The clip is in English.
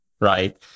right